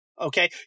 Okay